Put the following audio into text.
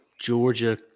Georgia